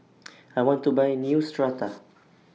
I want to Buy Neostrata